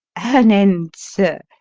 an end, sir!